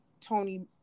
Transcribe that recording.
Tony